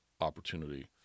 opportunity